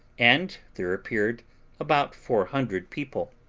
and there appeared about four hundred people,